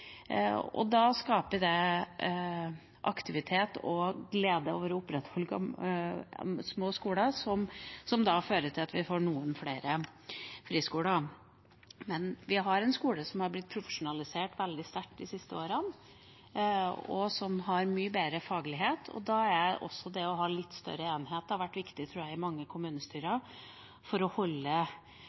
tilbake. Da skaper det aktivitet og glede over å opprettholde små skoler, som da fører til at vi får noen flere friskoler. Men vi har en skole som har blitt profesjonalisert veldig sterkt de siste årene, og som har mye bedre faglighet. Og da har også det å ha litt større enheter vært viktig for mange kommunestyrer, tror jeg, for å